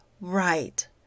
Right